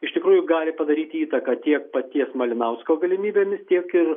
iš tikrųjų gali padaryti įtaką tiek paties malinausko galimybėmis tiek ir